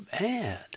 bad